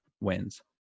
wins